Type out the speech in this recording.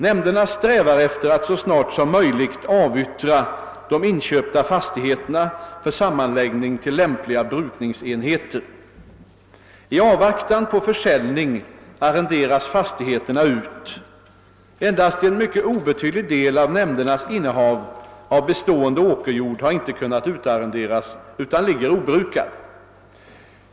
Nämnderna strävar efter att så snart som möjligt avyttra de inköpta fastigheterna för sammanläggning till lämpliga brukningsenheter. I avvaktan på försäljning arrenderas fastigheterna ut. Endast en mycket obetydlig del av nämndernas innehav av bestående åkerjord har inte kunnat utarrenderas utan ligger obrukad.